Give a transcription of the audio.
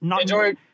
enjoy